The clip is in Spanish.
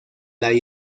las